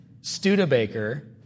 Studebaker